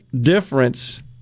difference